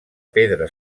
pedra